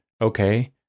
Okay